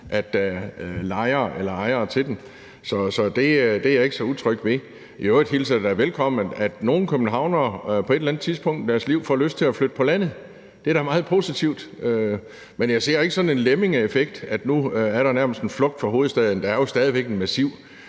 er ejere eller lejere til dem – så det er jeg ikke så utryg ved. I øvrigt hilser jeg det da velkommen, at nogle københavnere på et eller andet tidspunkt i deres liv får lyst til at flytte på landet. Det er da meget positivt. Men jeg ser ikke sådan en lemmingeeffekt, altså at der nu nærmest er en flugt fra hovedstaden; der er jo stadig væk en massiv